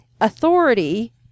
authority